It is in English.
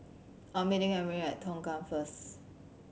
I am meeting Emry at Tongkang first